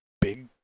big